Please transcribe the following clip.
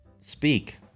speak